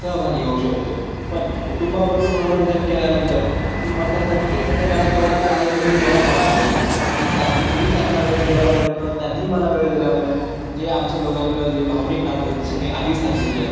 सहभागी होऊ शकतो पण कुटुंबाबरोबर मनोरंजन केल्यानंतर कुटुंबातल्या प्रत्येक घटकाला तेवढाच आनंद होईल जेवढा मला होईल आणि त्या मी त्यांना मी वेळ दिल्यामुळे किंवा त्यांनी मला वेळ दिल्यामुळे जे आमचं दोघातलं जे भावनिक नातं जसं मी आधी सांगितलं